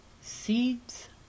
Seeds